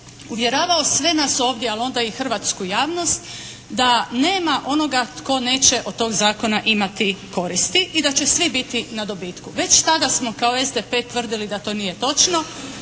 uvjeravao sve nas ovdje, ali onda i hrvatsku javnost da nema onoga tko neće od tog zakona imati koristi i da će svi biti na dobitku. Već tada smo kao SDP tvrdili da to nije točno.